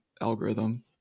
algorithm